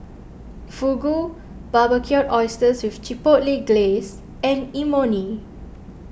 Fugu Barbecued Oysters with Chipotle Glaze and Imoni